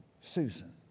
Susan